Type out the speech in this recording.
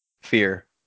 fear